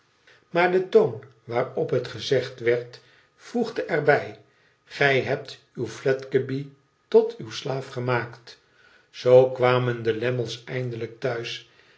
maar de toon waarop het gezegd werd voegde erbij gij hebt uw fledgeby tot uw slaaf gemaakt zoo kwamen de lammle's eindelijk thuis